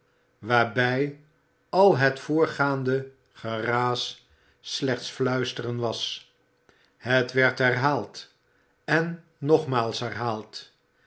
waarbij al het voorgaande geraas slechts fluisteren was het werd herhaald en nogmaals herhaald